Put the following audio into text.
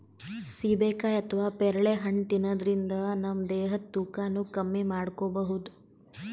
ಸೀಬೆಕಾಯಿ ಅಥವಾ ಪೇರಳೆ ಹಣ್ಣ್ ತಿನ್ನದ್ರಿನ್ದ ನಮ್ ದೇಹದ್ದ್ ತೂಕಾನು ಕಮ್ಮಿ ಮಾಡ್ಕೊಬಹುದ್